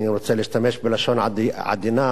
אני רוצה להשתמש בלשון עדינה,